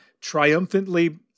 triumphantly